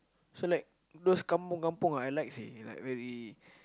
so like those kampung kampung I like seh like very